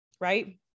Right